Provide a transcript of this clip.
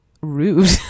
Rude